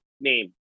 name